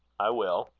i will,